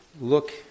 look